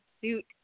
suit